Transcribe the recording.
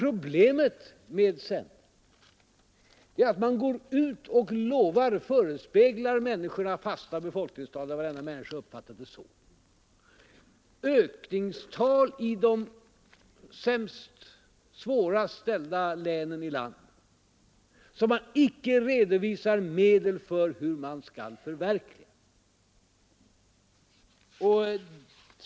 Problemet med centern är att man går ut och förespeglar människorna fasta befolkningstal — varenda människa har uppfattat det så — och ökningstal i de sämst ställda länen i landet som man icke redovisar medel för hur man skall förverkliga.